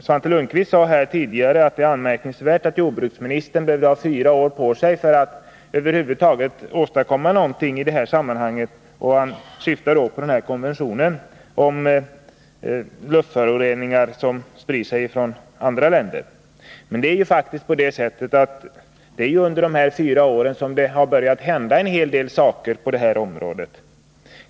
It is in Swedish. Svante Lundkvist sade tidigare att det var anmärkningsvärt att jordbruksministern hade behövt fyra år på sig för att över huvud taget åstadkomma någonting i sammanhanget. Han syftade då på konventionen om luftföroreningar som spritt sig från andra länder. Men faktum är att det är just under dessa fyra år som det har börjat hända en hel del på området i fråga.